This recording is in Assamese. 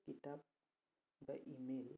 কিতাপ বা ইমেইল